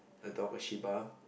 a dog a shiba